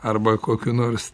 arba kokiu nors